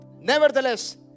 Nevertheless